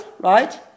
right